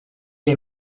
est